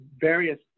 various